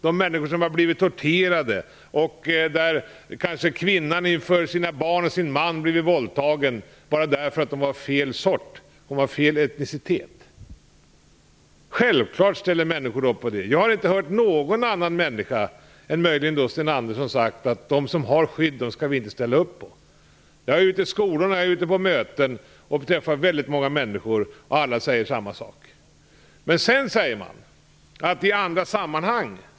De ställer upp på dem som har blivit torterade och på de kvinnor som kanske har blivit våldtagna inför sina barn och sina män bara därför att de hade fel etnisk tillhörighet. Självfallet ställer människor upp. Jag har inte hört någon människa, förutom möjligen Sten Andersson, säga att vi inte skall ställa upp på dem som har fått skydd. Jag träffar många människor på skolor och möten. Alla säger samma sak i detta sammanhang.